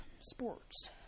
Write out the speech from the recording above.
Sports